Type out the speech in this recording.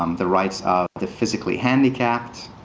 um the rights of the physically handicapped,